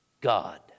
God